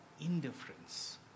indifference